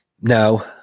No